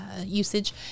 usage